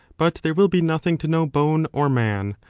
but there will be nothing to know bone or man,